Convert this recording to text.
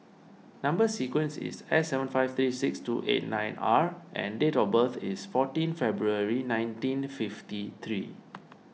Number Sequence is S seven five three six two eight nine R and date of birth is fourteen February nineteen fifty three